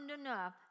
enough